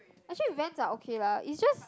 actually Vans are okay lah it just